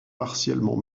partiellement